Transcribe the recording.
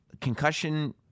concussion